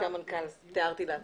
תיארתי לעצמי.